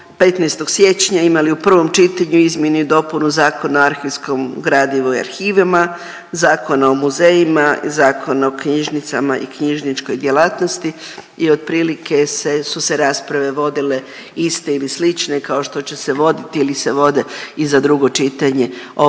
15. siječnja imali u prvom čitanju izmjenu i dopunu Zakona o arhivskom gradivu i arhivima, Zakona o muzejima, Zakona o knjižnicama i knjižničnoj djelatnosti i otprilike se, su se rasprave vodile iste ili slične kao što će se voditi ili se vode i za drugo čitanje, ova